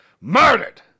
Murdered